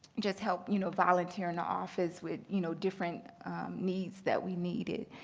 just help, you know, volunteer in the office with you know different needs that we needed.